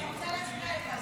אני רוצה להצביע לך.